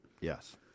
Yes